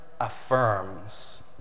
affirms